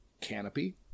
Canopy